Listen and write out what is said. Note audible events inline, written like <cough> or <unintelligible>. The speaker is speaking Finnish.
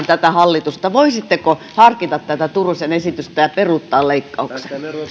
<unintelligible> tätä hallitusta voisitteko harkita tätä turusen esitystä ja peruuttaa leikkauksen